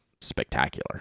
spectacular